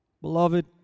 Beloved